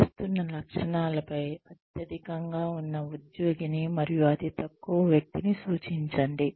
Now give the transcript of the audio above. కొలుస్తున్న లక్షణాలు పై అత్యధికంగా ఉన్న ఉద్యోగిని మరియు అతి తక్కువ వ్యక్తిని సూచించండి